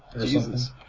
Jesus